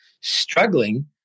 struggling